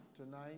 Tonight